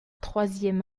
troisième